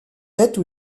tête